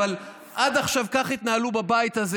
אבל עד עכשיו כך התנהלו בבית הזה.